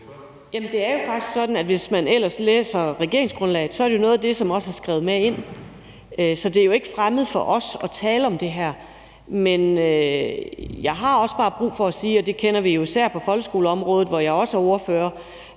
Matthiesen (V): Jamen hvis man ellers læser regeringsgrundlaget, er det jo faktisk sådan, at det er noget af det, som også er skrevet ind i det. Så det er jo ikke fremmed for os at tale om det her. Men jeg har også bare brug for at sige – og det kender vi jo især fra folkeskoleområdet, som jeg også er ordfører